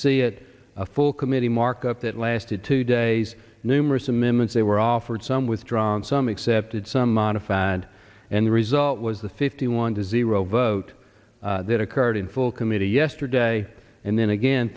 see it a full committee mark that lasted two days numerous amendments they were offered some withdrawn some accepted some modified and the result was the fifty one to zero vote that occurred in full committee yesterday and then again